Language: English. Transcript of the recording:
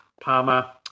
Palmer